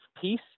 Peace